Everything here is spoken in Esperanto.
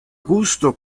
gusto